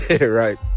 right